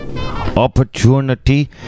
Opportunity